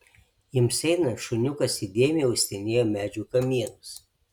jiems einant šuniukas įdėmiai uostinėjo medžių kamienus